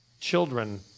children